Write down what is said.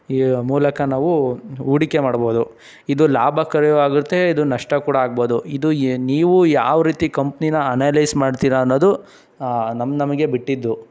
ಈ ಮೂಲಕ ನಾವು ಹೂಡಿಕೆ ಮಾಡ್ಬೋದು ಇದು ಲಾಭಕಾರಿಯೂ ಆಗತ್ತೆ ಇದು ನಷ್ಟ ಕೂಡ ಆಗ್ಬೋದು ಇದು ಯೆ ನೀವು ಯಾವ ರೀತಿ ಕಂಪ್ನಿನ ಅನಲೈಜ್ ಮಾಡ್ತೀರ ಅನ್ನೋದು ನಮ್ಮ ನಮಗೆ ಬಿಟ್ಟಿದ್ದು